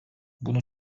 bunu